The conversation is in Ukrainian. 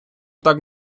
так